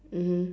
mmhmm